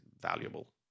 valuable